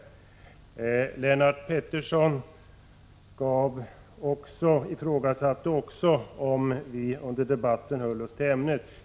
Också Lennart Pettersson ifrågasatte om vi under debatten hållit oss till ämnet.